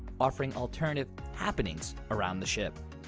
offering alternative happenings around the ship.